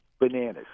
bananas